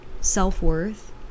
self-worth